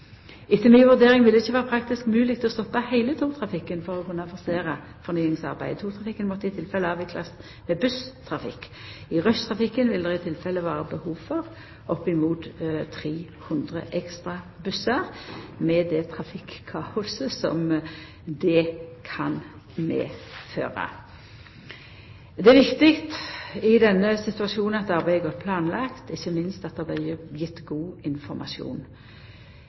Etter mi vurdering vil det ikkje vera praktisk mogleg å stoppa heile togtrafikken for å kunna forsera fornyingsarbeidet. Togtrafikken måtte i tilfelle avviklast med busstrafikk. I rushtrafikken ville det i tilfelle vera behov for opp mot 300 ekstra bussar, med det trafikkaoset som det kan medføra. I denne situasjonen er det viktig at arbeidet er godt planlangt, og ikkje minst at det blir gjeve god informasjon.